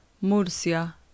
Murcia